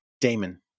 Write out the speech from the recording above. Damon